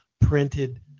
printed